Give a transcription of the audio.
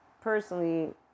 personally